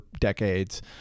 decades